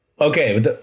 Okay